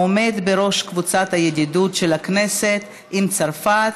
העומד בראש קבוצת הידידות של הכנסת עם צרפת,